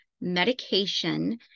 medication